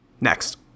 Next